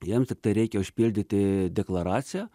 jiem tiktai reikia užpildyti deklaraciją